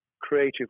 creative